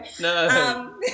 No